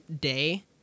day